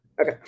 Okay